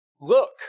look